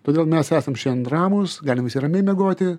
todėl mes esam šian ramūs galim visi ramiai miegoti